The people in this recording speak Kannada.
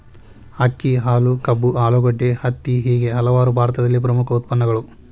ಅಕ್ಕಿ, ಹಾಲು, ಕಬ್ಬು, ಆಲೂಗಡ್ಡೆ, ಹತ್ತಿ ಹೇಗೆ ಹಲವಾರು ಭಾರತದಲ್ಲಿ ಪ್ರಮುಖ ಉತ್ಪನ್ನಗಳು